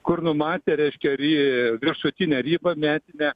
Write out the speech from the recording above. kur numatė reiškia į viršutinę ribą metinę